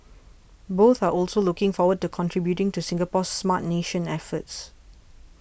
both are also looking forward to contributing to Singapore's Smart Nation efforts